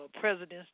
President's